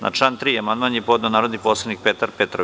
Na član 3. amandman je podneo narodni poslanik Petar Petrović.